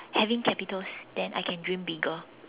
having capitals then I can dream bigger